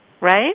Right